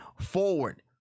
forward